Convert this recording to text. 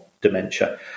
dementia